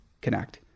connect